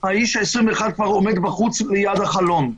האיש ה-21 כבר עומד בחוץ ליד החלון.